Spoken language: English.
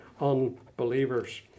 unbelievers